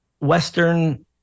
Western